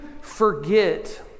forget